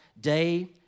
day